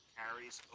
carries